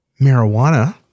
Marijuana